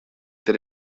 that